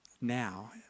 now